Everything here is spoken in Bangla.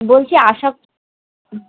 বলছি আর সব